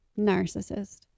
Narcissist